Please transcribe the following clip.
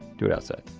do it outside.